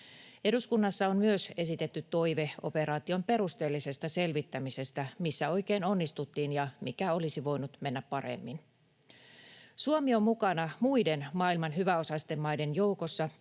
Eduskunnassa on myös esitetty toive operaation perusteellisesta selvittämisestä: missä oikein onnistuttiin, ja mikä olisi voinut mennä paremmin. Suomi on mukana muiden maailman hyväosaisten maiden joukossa